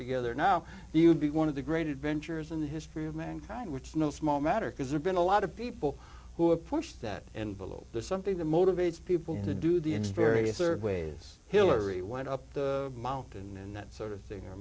together now you'd be one of the great adventures in the history of mankind which is no small matter because there's been a lot of people who push that envelope there's something that motivates people to do the ends various are ways hillary went up the mountain and that sort of thing